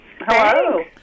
Hello